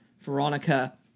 Veronica